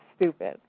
stupid